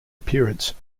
appearance